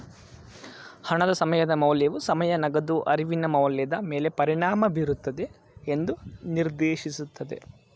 ಹಣದ ಸಮಯದ ಮೌಲ್ಯವು ಸಮಯ ನಗದು ಅರಿವಿನ ಮೌಲ್ಯದ ಮೇಲೆ ಪರಿಣಾಮ ಬೀರುತ್ತದೆ ಎಂದು ನಿರ್ದೇಶಿಸುತ್ತದೆ